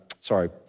sorry